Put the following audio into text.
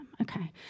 okay